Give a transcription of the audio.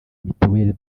mutuelle